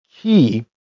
key